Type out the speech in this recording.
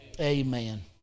Amen